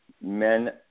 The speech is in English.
men